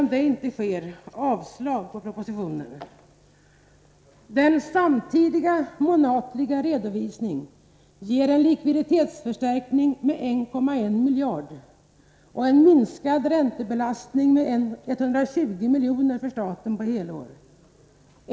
Om inte detta sker, önskar de att propositionen avslås. Den samordnade månatliga redovisningen ger en likviditetsförstärkning med 1,1 miljard och en minskning av räntebelastningen med 120 miljoner för staten på helår.